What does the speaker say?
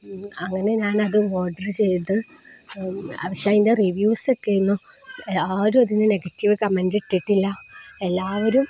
അങ്ങനെ ഞാനതും ഓർഡര് ചെയ്തു പക്ഷെ അതിൻ്റെ റിവ്യൂസൊക്കെത്തന്നെ ആരും അതിന് നെഗറ്റീവ് കമെന്റ് ഇട്ടിട്ടില്ല എല്ലാവരും